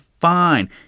fine